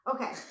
okay